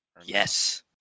Yes